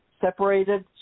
separated